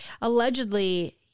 allegedly